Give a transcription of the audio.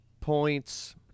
points